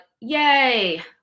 yay